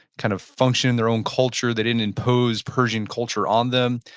kind of function in their own culture, they didn't impose persian culture on them,